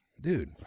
Dude